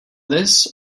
this